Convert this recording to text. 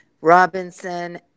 Robinson